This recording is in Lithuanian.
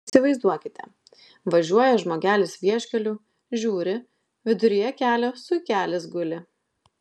įsivaizduokite važiuoja žmogelis vieškeliu žiūri viduryje kelio zuikelis guli